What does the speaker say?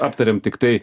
aptarėm tiktai